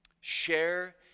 Share